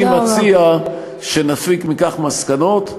אני מציע שנפיק מכך מסקנות,